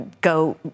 go